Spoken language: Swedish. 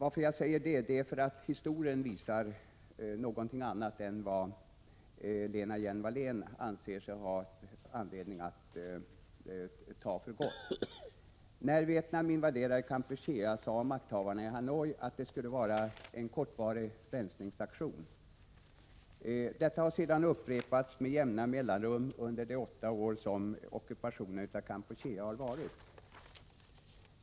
Att jag säger detta beror på att historien visar någonting annat än vad Lena Hjelm-Wallén anser sig ha anledning att ta för gott. När Vietnam invaderade Kampuchea sade makthavarna i Hanoi att det skulle vara en kortvarig rensningsaktion. Detta har sedan upprepats med jämna mellanrum under de åtta år som ockupationen av Kampuchea har varat.